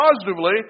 positively